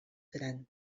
gran